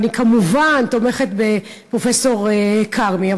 ואני כמובן תומכת בפרופסור כרמי.